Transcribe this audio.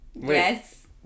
Yes